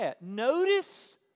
Notice